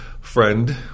friend